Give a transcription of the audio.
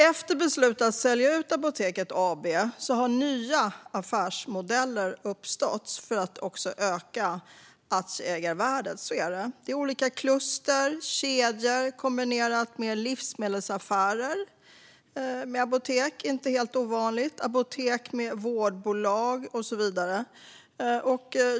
Efter beslutet att sälja ut Apoteket AB har nya affärsmodeller uppstått, för att öka aktieägarvärdet. Det är olika kluster och kedjor. Livsmedelsaffär kombinerad med apotek är inte helt ovanligt. Det finns också vårdbolag med apotek och så vidare.